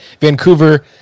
Vancouver